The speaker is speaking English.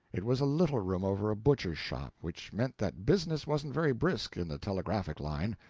it was a little room over a butcher's shop which meant that business wasn't very brisk in the telegraphic line.